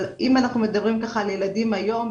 אבל אם אנחנו מדברים על ילדים היום,